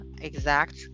exact